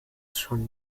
schon